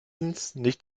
nicht